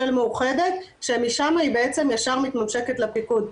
מאוחדת שמשם היא בעצם ישר מתממשקת לפיקוד.